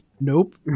Nope